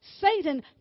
Satan